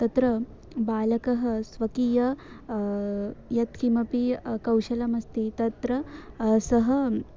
तत्र बालकः स्वकीयं यत्किमपि कौशलमस्ति तत्र सः